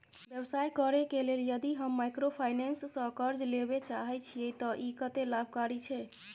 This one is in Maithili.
व्यवसाय करे के लेल यदि हम माइक्रोफाइनेंस स कर्ज लेबे चाहे छिये त इ कत्ते लाभकारी छै?